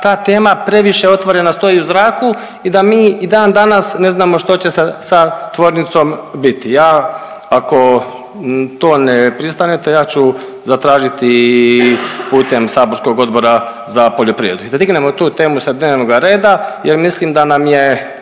ta tema previše otvorena stoji u zraku i da mi i dan danas ne znamo što će sa tvornicom biti. Ja ako to ne pristanete ja ću zatražiti i putem saborskog Odbora za poljoprivredu. I da dignemo tu temu sa dnevnoga reda jer mislim da nam je